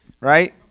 right